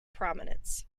prominence